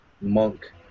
monk